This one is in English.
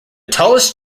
tallest